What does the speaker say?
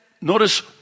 notice